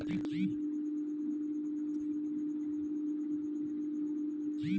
పెతి ఆర్థిక సంవత్సరం విదేశీ స్టాక్ మార్కెట్ల మదుపు చేసిన దుడ్డుకి సంపద పన్ను కట్టాల్ల